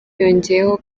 yongeyeho